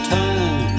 time